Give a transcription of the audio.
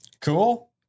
Cool